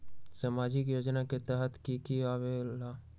समाजिक योजना के तहद कि की आवे ला?